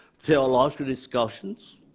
theological discussions,